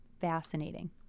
fascinating